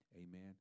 Amen